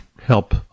help